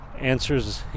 answers